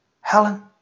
Helen